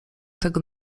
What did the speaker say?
tego